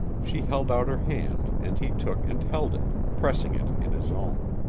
she held out her hand and he took and held it, pressing it in his own.